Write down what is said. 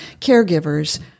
caregivers